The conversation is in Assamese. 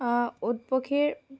উট পক্ষীৰ